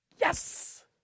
Yes